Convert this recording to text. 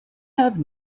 have